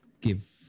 give